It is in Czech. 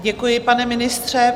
Děkuji, pane ministře.